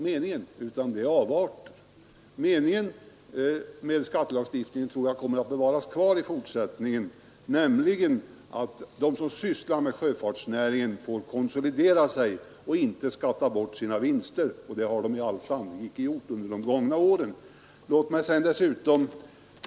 Meningen med skattelagstiftningen tror jag kommer att bevaras i fortsättningen, så att de som sysslar med sjöfartsnäringen får samma möjlighet att konsolidera sig som de haft under de senaste åren och slipper skatta bort sina vinster.